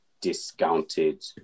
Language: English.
discounted